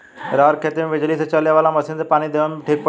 रहर के खेती मे बिजली से चले वाला मसीन से पानी देवे मे ठीक पड़ी?